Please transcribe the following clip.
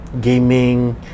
gaming